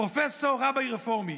פרופסור רבי רפורמי,